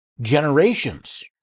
generations